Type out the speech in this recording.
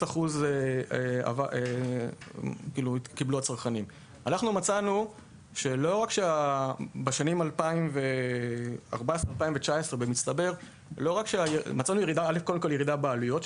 0%. אנחנו מצאנו שבשנים 2019-2014 הייתה ירידה מצטברת בעלויות,